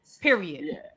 Period